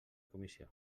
comissió